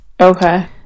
Okay